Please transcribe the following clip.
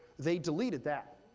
they deleted that.